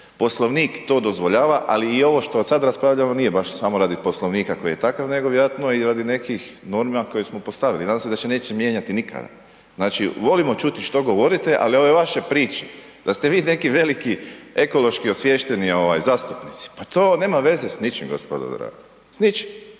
Poslovnik to dozvoljava ali i ovo što sad raspravljamo nije baš samo radi Poslovnika koji je takav nego vjerojatno i radi nekih norma koje smo postavili, nadam se da se neće mijenjati nikada. Znači volimo čuti što govorite ali ove vaše priče da ste vi neki veliki ekološki osviješteni zastupnici, pa to nema veze s ničim, gospodo draga, s ničim,